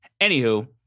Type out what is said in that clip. Anywho